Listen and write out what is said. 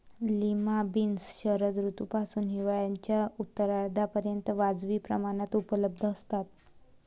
lima beans शरद ऋतूपासून हिवाळ्याच्या उत्तरार्धापर्यंत वाजवी प्रमाणात उपलब्ध असतात